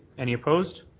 any opposed?